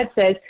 says